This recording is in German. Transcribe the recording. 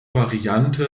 variante